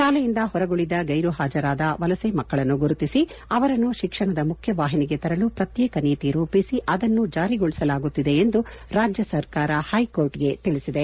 ಶಾಲೆಯಿಂದ ಹೊರಗುಳಿದ ಗೈರು ಹಾಜರಾದ ವಲಸೆ ಮಕ್ಕಳನ್ನು ಗುರುತಿಸಿ ಅವರನ್ನು ಶಿಕ್ಷಣದ ಮುಖ್ಯವಾಹಿನಿಗೆ ತರಲು ಪ್ರತ್ಯೇಕ ನೀತಿ ರೂಪಿಸಿ ಅದನ್ನು ಜಾರಿಗೊಳಿಸಲಾಗುತ್ತಿದೆ ಎಂದು ರಾಜ್ಯ ಸರ್ಕಾರ ಹೈಕೋರ್ಟ್ಗೆ ತಿಳಿಸಿದೆ